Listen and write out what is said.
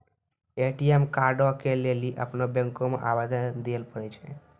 ATM कार्डो के लेली अपनो बैंको मे आवेदन दिये पड़ै छै